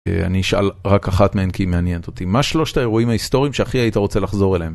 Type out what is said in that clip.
אני אשאל רק אחת מהן כי מעניינת אותי, מה שלושת האירועים ההיסטוריים שהכי היית רוצה לחזור אליהם?